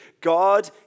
God